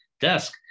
desk